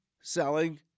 selling